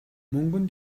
мөнгөн